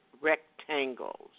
rectangles